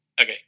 Okay